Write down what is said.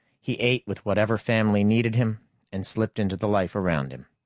he ate with whatever family needed him and slipped into the life around him.